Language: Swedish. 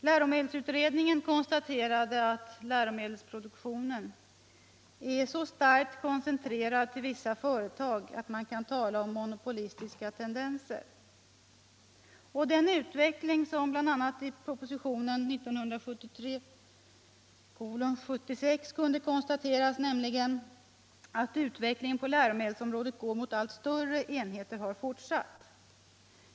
Läromedelsutredningen konstaterade att läromedelsproduktionen ”är så starkt koncentrerad till vissa företag att man kan tala om monopolistiska tendenser”. Och den utveckling mot större enheter som kunde konstateras bl.a. i propositionen 1973:76 har fortsatt.